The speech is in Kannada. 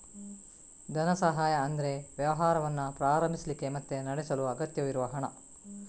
ಧನ ಸಹಾಯ ಅಂದ್ರೆ ವ್ಯವಹಾರವನ್ನ ಪ್ರಾರಂಭಿಸ್ಲಿಕ್ಕೆ ಮತ್ತೆ ನಡೆಸಲು ಅಗತ್ಯವಿರುವ ಹಣ